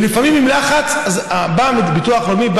לפעמים עם לחץ בא ביטוח לאומי,